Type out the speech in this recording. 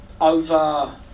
over